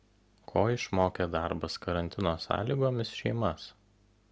ko išmokė darbas karantino sąlygomis šeimas